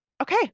Okay